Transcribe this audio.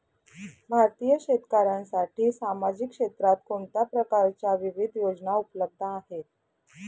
भारतीय शेतकऱ्यांसाठी सामाजिक क्षेत्रात कोणत्या प्रकारच्या विविध योजना उपलब्ध आहेत?